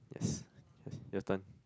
yes your turn